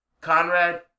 conrad